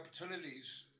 opportunities